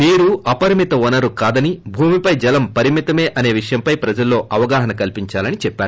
నీరు అపరిమిత వనరు కాదని భూమిపై జలం పరిమితమే అసే విషయంపై ప్రజల్లో అవగాహన కల్సించాలని అన్నారు